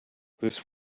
this